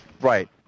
Right